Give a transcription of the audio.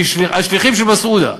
כשליחים של מסעודה.